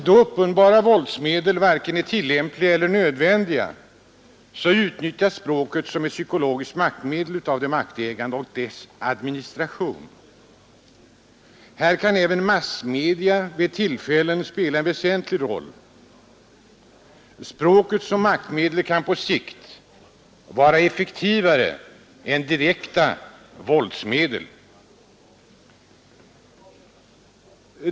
Då uppenbara våldsmedel varken är tillämpliga eller nödvändiga utnyttjas språket som ett psykologiskt maktmedel av de maktägande och dess administration — här kan även massmedia vid vissa tillfällen spela en väsentlig roll. Språket som maktmedel kan på sikt vara effektivare än direkta våldsmedel.